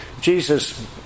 Jesus